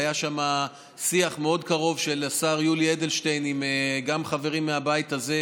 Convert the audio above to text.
והיה שם שיח מאוד קרוב של השר יולי אדלשטיין גם עם חברים מהבית הזה,